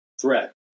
threat